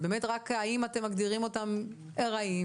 זה באמת רק האם אתם מגדירים אותם ארעיים,